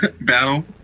Battle